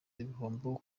igihombo